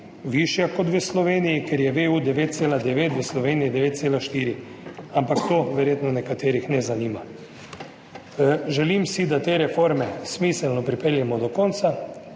višja kot v Sloveniji, ker je v EU 9,9, v Sloveniji 9,4, ampak to verjetno nekaterih ne zanima. Želim si, da te reforme smiselno pripeljemo do konca,